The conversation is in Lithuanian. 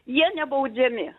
jie nebaudžiami